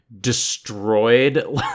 destroyed